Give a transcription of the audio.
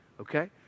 okay